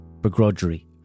begrudgery